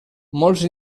molts